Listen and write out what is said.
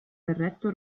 berretto